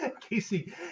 Casey